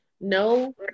no